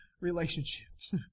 relationships